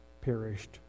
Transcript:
perished